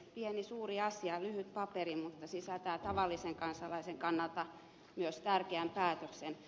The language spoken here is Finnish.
pieni suuri asia ja lyhyt paperi mutta sisältää tavallisen kansalaisen kannalta myös tärkeän päätöksen